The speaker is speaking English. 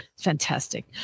fantastic